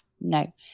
No